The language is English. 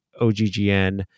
OGGN